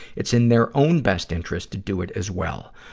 it's in their own best interest to do it as well.